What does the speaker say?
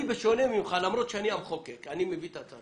אני, בשונה ממך, למרות שאני המחוקק, אני פתוח